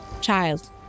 Child